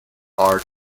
are